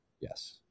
Yes